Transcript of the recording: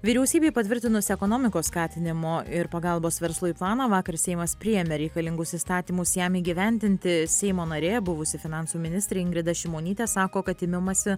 vyriausybei patvirtinus ekonomikos skatinimo ir pagalbos verslui planą vakar seimas priėmė reikalingus įstatymus jam įgyvendinti seimo narė buvusi finansų ministrė ingrida šimonytė sako kad imimasi